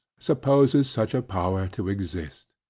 supposes such a power to exist.